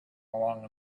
along